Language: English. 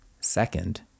Second